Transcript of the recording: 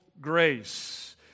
grace